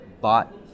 bought